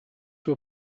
will